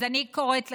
אז אני קוראת לך,